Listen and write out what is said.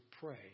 pray